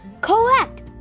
Correct